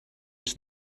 his